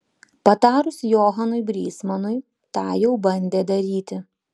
patarus johanui brysmanui tą jau bandė daryti